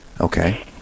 Okay